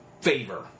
favor